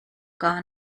gar